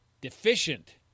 deficient